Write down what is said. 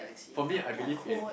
for me I believe in